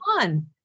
on